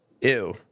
ew